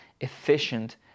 efficient